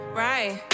right